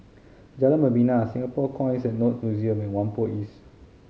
Jalan Membina Singapore Coins and Notes Museum and Whampoa East